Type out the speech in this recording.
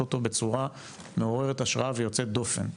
אותו בצורה מעוררת השראה ויוצאת דופן.